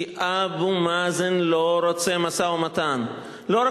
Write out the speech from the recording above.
כי אבו מאזן לא רוצה משא-ומתן, ונתניהו מאוד רוצה.